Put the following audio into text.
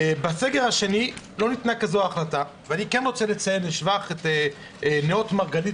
בסגר השני לא ניתנה כזו החלטה ואני רוצה לציין לשבח את נאות מרגלית